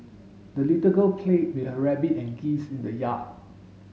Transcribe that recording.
the little girl played with her rabbit and geese in the yard